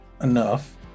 enough